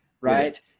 right